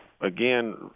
again